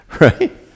Right